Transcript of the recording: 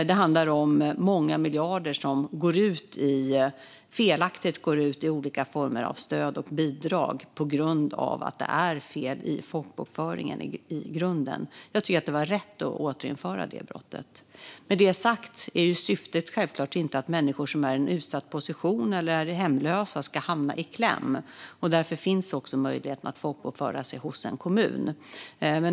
Det handlar om många miljarder som felaktigt går ut i olika former av stöd och bidrag på grund av att det är fel i folkbokföringen. Jag tycker att det var rätt att återinföra brottet. Syftet är självklart inte att människor i en utsatt position eller som är hemlösa ska hamna i kläm. Därför finns också möjligheten att folkbokföra sig hos en kommun.